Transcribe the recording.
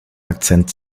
akzent